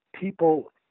people